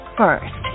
first